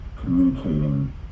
communicating